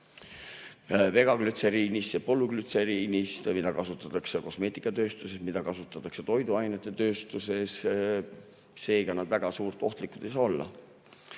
veganglütseriinist ja polüglütseriinist, mida kasutatakse kosmeetikatööstuses, mida kasutatakse toiduainetööstuses. Seega nad väga ohtlikud ei saa olla.